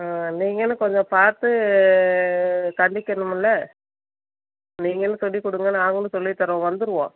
ஆ நீங்களும் கொஞ்சம் பார்த்து கண்டிக்கணுமுல நீங்களும் சொல்லிகொடுங்க நாங்களும் சொல்லித்தரோம் வந்துருவான்